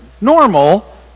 normal